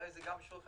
הרי זה גם בשבילך.